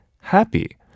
happy